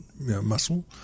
muscle